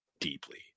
deeply